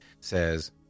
says